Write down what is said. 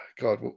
god